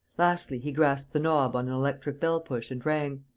lastly, he grasped the knob on an electric bell-push and rang.